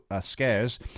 scares